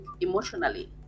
emotionally